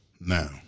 Now